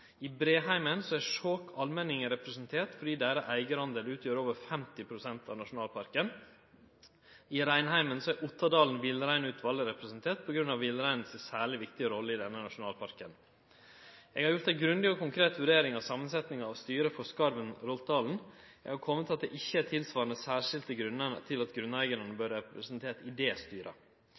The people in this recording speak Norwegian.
I Breheimen er Skjåk Almenning representert fordi deira eigardel utgjer over 50 pst. av nasjonalparken. I Reinheimen er Ottadalen villreinutval representert på grunn av villreinen si særleg viktige rolle i denne nasjonalparken. Eg har gjort ei grundig og konkret vurdering av samansetjinga av styret for Skarvan–Roltdalen. Eg har kome til at det ikkje er tilsvarande særskilte grunnar til at grunneigarane bør vere representerte i det styret.